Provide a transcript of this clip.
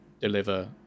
deliver